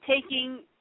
taking